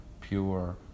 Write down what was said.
pure